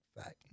fact